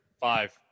Five